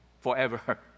forever